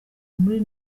muri